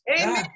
Amen